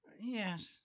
yes